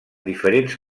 diferents